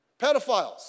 pedophiles